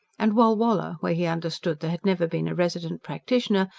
and walwala, where he understood there had never been a resident practitioner,